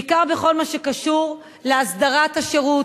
בעיקר בכל מה שקשור להסדרת השירות,